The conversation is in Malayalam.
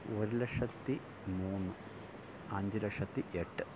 ഒരു ലക്ഷത്തി മൂന്ന് അഞ്ച് ലക്ഷത്തി എട്ട്